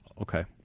Okay